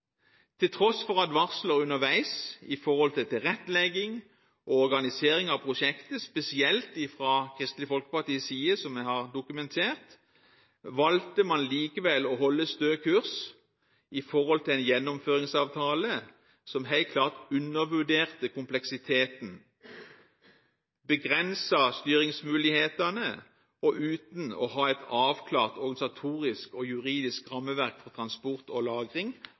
Til tross for advarsler underveis når det gjaldt tilrettelegging og organisering av prosjektet – spesielt fra Kristelig Folkepartis side, noe jeg har dokumentert – valgte man likevel å holde stø kurs i forhold til en gjennomføringsavtale som helt klart undervurderte kompleksiteten og begrenset styringsmulighetene, og uten å ha et avklart organisatorisk og juridisk rammeverk for transport og lagring